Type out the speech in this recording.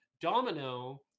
Domino